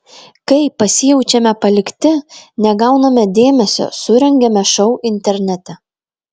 kai pasijaučiame palikti negauname dėmesio surengiame šou internete